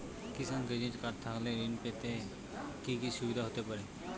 কিষান credit card থাকলে ঋণ পেতে কি কি সুবিধা হতে পারে?